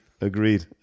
Agreed